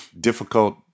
difficult